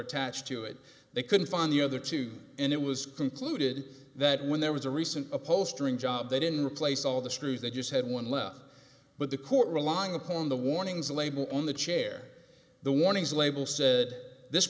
attached to it they couldn't find the other two and it was concluded that when there was a recent upholstering job they didn't replace all the screws they just had one left but the court relying upon the warnings label on the chair the warnings label says this